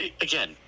again